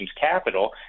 capital